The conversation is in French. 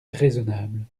raisonnable